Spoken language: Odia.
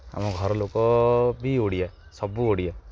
ଆମ ଘରଲୋକ ବି ଓଡ଼ିଆ ସବୁ ଓଡ଼ିଆ